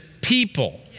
people